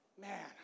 man